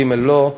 ג' לא.